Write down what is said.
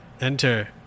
Enter